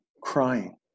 crying